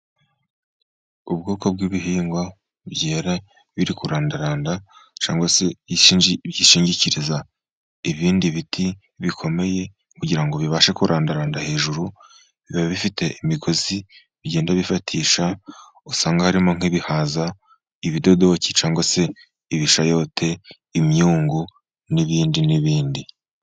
Ubwoko bw'ibihingwa byera biri kurandaranda cyangwa se byishingikiriza ibindi biti bikomeye kugira bibashe kurandada hejuru. Biba bifite imigozi bigenda bifatisha. Usanga harimo nk'ibihaza, ibidodoki cyangwa se ibishayote, imyungu, n'ibindi n'ibindi.